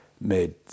made